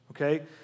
Okay